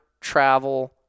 travel